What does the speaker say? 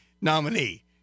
nominee